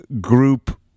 group